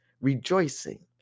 rejoicing